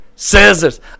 scissors